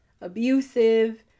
abusive